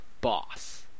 Boss